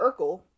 Urkel